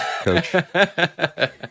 coach